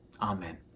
Amen